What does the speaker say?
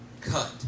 Cut